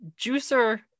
juicer